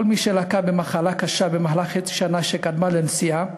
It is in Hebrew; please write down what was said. כל מי שלקה במחלה קשה במהלך חצי השנה שקדמה לנסיעה,